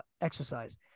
exercise